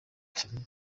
cyane